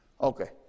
Okay